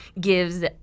gives